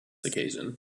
occasion